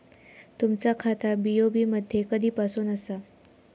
तुमचा खाता बी.ओ.बी मध्ये कधीपासून आसा?